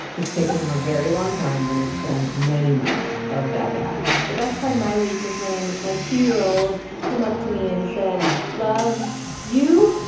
it's taken him a very long time, and it's been many months of dada the best part of my week was when my two year old came up to me and said love you.